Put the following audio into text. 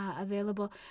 available